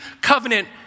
covenant